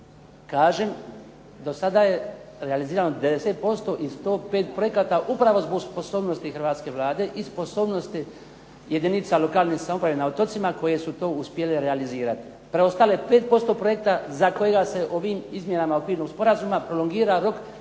Kažem, do sada je realizirano 90% i 105 projekata upravo zbog sposobni hrvatske Vlade i sposobnosti jedinica lokalne samouprave na otocima koje su to uspjele realizirati. Preostale je 5% projekta za kojega se ovim izmjenama okvirnog sporazuma prolongira rok